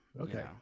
Okay